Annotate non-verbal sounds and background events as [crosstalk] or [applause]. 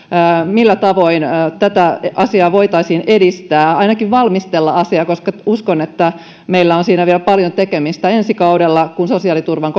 millä tavoin tätä asiaa voitaisiin edistää ainakin valmistella asiaa koska uskon että meillä on siinä vielä paljon tekemistä ensi kaudella kun sosiaaliturvan [unintelligible]